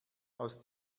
aus